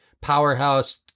powerhouse